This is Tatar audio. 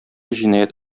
җинаять